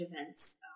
events